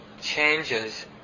changes